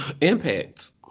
Impact